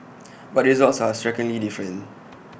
but the results are strikingly different